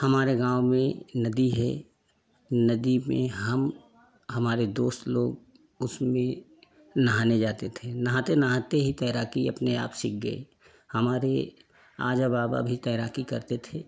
हमारे गाँव में नदी है नदी में हम हमारे दोस्त लोग उसमें नहाने जाते थे नहाते नहाते ही तैराकी आपने आप सीख गए हमारे आ जा बाबा भी तैराकी करते थे